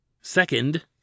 Second